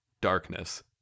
Darkness